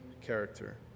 character